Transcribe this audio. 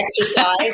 exercise